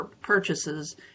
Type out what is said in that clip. purchases